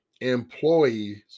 employees